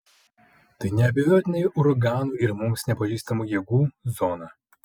tai neabejotinai uraganų ir mums nepažįstamų jėgų zona